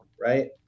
right